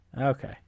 Okay